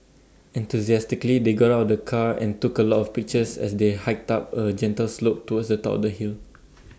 enthusiastically they got out of the car and took A lot of pictures as they hiked up A gentle slope towards the top of the hill